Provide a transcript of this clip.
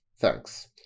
Thanks